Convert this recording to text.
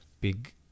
big